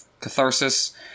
catharsis